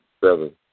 Seven